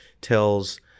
tells